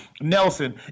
Nelson